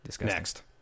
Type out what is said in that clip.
next